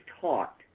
taught